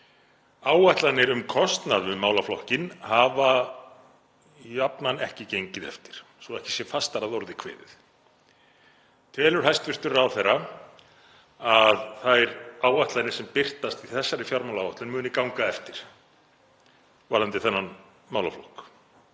Áætlanir um kostnað við málaflokkinn hafa jafnan ekki gengið eftir, svo að ekki sé fastar að orði kveðið. Telur hæstv. ráðherra að þær áætlanir sem birtast í þessari fjármálaáætlun muni ganga eftir varðandi þennan málaflokk?